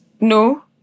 No